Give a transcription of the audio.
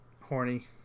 horny